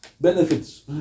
benefits